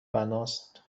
بناست